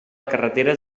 carreteres